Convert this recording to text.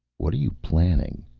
what are you planning?